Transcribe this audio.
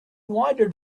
wandered